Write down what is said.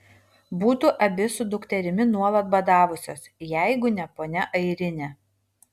būtų abi su dukterimi nuolat badavusios jeigu ne ponia airinė